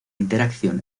interacción